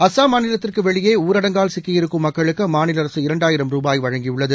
அசாம் மாநிலத்திற்குவெளியேஊரடங்கால் சிக்கியிருக்கும் மக்களுக்குஅம்மாநிலஅரசு இரண்டாயிரம் ரூபாய் வழங்கியுள்ளது